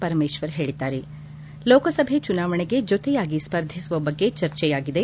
ಪರಮೇಶ್ವರ್ ಹೇಳಿದ್ದಾರೆ ಲೋಕಸಭೆ ಚುನಾವಣೆಗೆ ಜೊತೆಯಾಗಿ ಸ್ವರ್ಧಿಸುವ ಬಗ್ಗೆ ಚರ್ಚೆಯಾಗಿದೆ